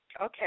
Okay